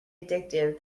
addictive